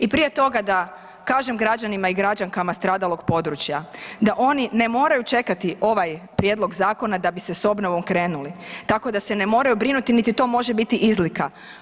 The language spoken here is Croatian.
I prije toga da kažem građanima i građankama stradalog područja da oni ne moraju čekati ovaj prijedlog zakona da bi sa obnovom krenuli tako da se ne moraju brinuti niti to može biti izlika.